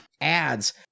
ads